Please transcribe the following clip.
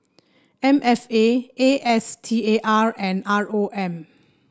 M F A A S T A R and R O M